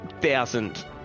thousand